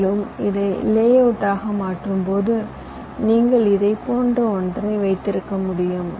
மேலும் இதை லேஅவுட்ஆக மாற்றும்போது நீங்கள் இதைப் போன்ற ஒன்றை வைத்திருக்க முடியும்